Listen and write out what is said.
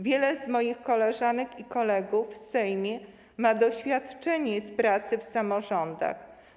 Wiele z moich koleżanek i kolegów w Sejmie ma doświadczenie w pracy w samorządach.